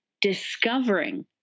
discovering